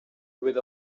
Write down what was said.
with